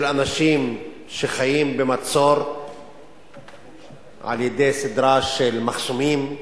של אנשים שחיים במצור על-ידי סדרה של מחסומים,